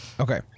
Okay